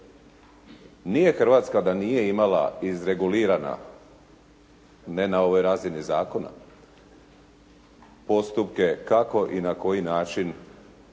Nije Hrvatska da nije imala izregulirana, ne na ovoj razini zakona postupke kako i na koji način